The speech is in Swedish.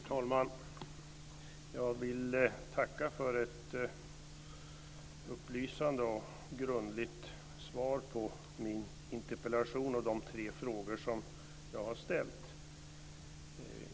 Herr talman! Jag vill tacka för ett upplysande och grundligt svar på min interpellation och på de tre frågor som jag har ställt.